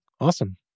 awesome